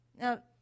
Now